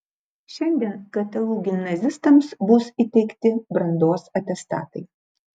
šiandien ktu gimnazistams bus įteikti brandos atestatai